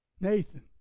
Nathan